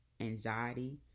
anxiety